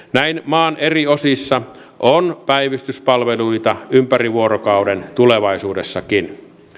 näin maan eri osissa on päivystyspalveluita ympäri vuorokauden tulevaisuudessakin